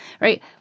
right